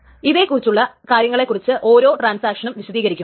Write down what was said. ഇതേ കുറിച്ചുള്ള കാര്യങ്ങളെ കുറിച്ച് ഓരോ ട്രാൻസാക്ഷനും വിശദീകരിക്കും